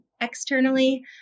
Externally